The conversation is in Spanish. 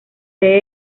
sede